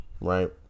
Right